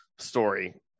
story